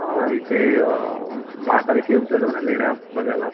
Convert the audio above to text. हां इथे महाकाली केव्जला जाऊ ना लेण्या बघायला